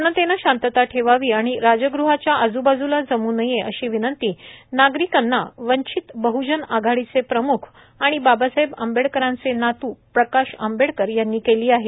जनतेनं शांतता ठेवावी आणि राजग़हाच्या आज्बाज्ला जम् नये अशी विनंती नागरिकांना वंचित बहजन आघाडीचे प्रम्ख आणि बाबासाहेब आंबेडकरांचे नातू प्रकाश आंबेडकर यांनी केली आहे